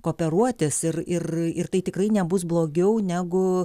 kooperuotis ir ir ir tai tikrai nebus blogiau negu